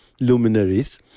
luminaries